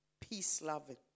peace-loving